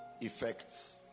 effects